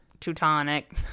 teutonic